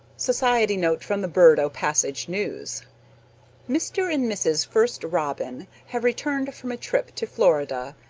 society note from the bird o' passage news mr. and mrs. first robin have returned from a trip to florida.